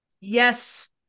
Yes